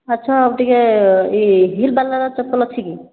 ଆଚ୍ଛା ଆଉ ଟିକେ ଏହି ହିଲ୍ ବାଲାର ଚପଲ ଅଛିକି